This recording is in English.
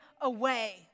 away